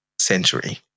century